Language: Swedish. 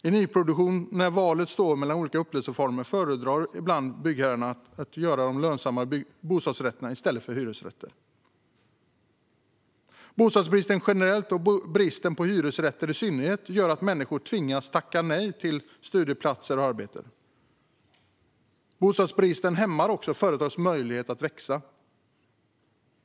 I nyproduktion, när valet står mellan olika upplåtelseformer, föredrar byggherrarna ibland de lönsammare bostadsrätterna i stället för hyresrätter. Bostadsbristen generellt och bristen på hyresrätter i synnerhet gör att människor tvingas tacka nej till studieplatser och arbeten. Bostadsbristen hämmar också företags möjlighet att växa.